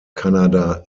kanada